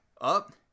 up